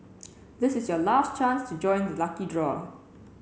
this is your last chance to join the lucky draw